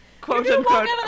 quote-unquote